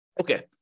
Okay